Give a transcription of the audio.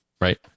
right